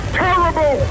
terrible